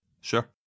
Sure